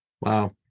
Wow